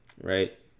right